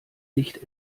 nicht